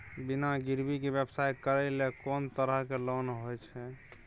बिना गिरवी के व्यवसाय करै ले कोन तरह के लोन होए छै?